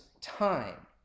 time